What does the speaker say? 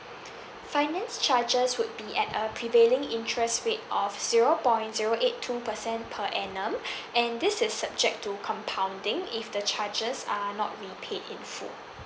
finance charges would be at a prevailing interest rate of zero point zero eight two percent per annum and this is subject to compounding if the charges are not being paid in full